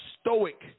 stoic